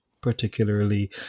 particularly